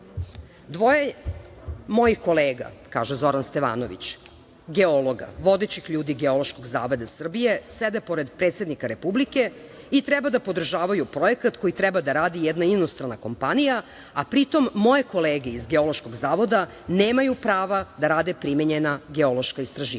mojih kolega, kaže Zoran Stevanović, geologa, vodećih ljudi Geološkog zavoda Srbije, sede pored predsednika Republike i treba da podržavaju projekat koji treba da radi jedna inostrana kompanija, a pritom moje kolege iz Geološkog zavoda nemaju prava da rade primenjena geološka istraživanja. Imamo